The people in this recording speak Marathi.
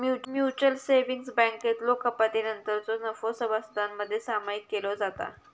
म्युचल सेव्हिंग्ज बँकेतलो कपातीनंतरचो नफो सभासदांमध्ये सामायिक केलो जाता